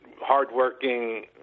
hardworking